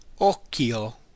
Occhio